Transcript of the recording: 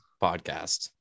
podcast